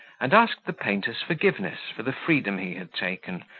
and asked the painter's forgiveness for the freedom he had taken,